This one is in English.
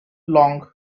long